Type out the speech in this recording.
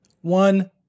One